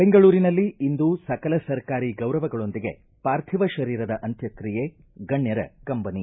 ಬೆಂಗಳೂರಿನಲ್ಲಿ ಇಂದು ಸಕಲ ಸರ್ಕಾರಿ ಗೌರವಗಳೊಂದಿಗೆ ಪಾರ್ಥಿವ ಶರೀರದ ಅಂತ್ಯಕ್ರಿಯೆ ಗಣ್ಯರ ಕಂಬನಿ